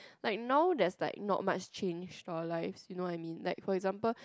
like now there's like not much change for our lives you know what I mean like for example